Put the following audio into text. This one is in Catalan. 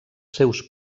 seus